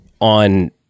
on